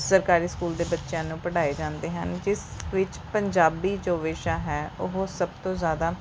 ਸਰਕਾਰੀ ਸਕੂਲ ਦੇ ਬੱਚਿਆਂ ਨੂੰ ਪੜ੍ਹਾਏ ਜਾਂਦੇ ਹਨ ਜਿਸ ਵਿੱਚ ਪੰਜਾਬੀ ਜੋ ਵਿਸ਼ਾ ਹੈ ਉਹ ਸਭ ਤੋਂ ਜ਼ਿਆਦਾ